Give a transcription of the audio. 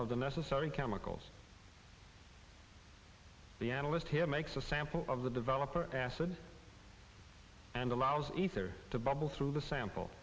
of the necessary chemicals the analyst here makes a sample of the developer acid and allows ether to bubble through the sample